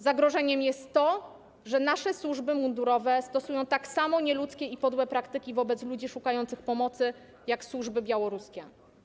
Zagrożeniem jest to, że nasze służby mundurowe stosują tak samo nieludzkie i podłe praktyki wobec ludzi szukających pomocy jak służby białoruskie.